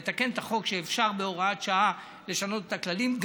נתקן את החוק שאפשר בהוראת שעה לשנות את הכללים.